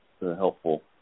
helpful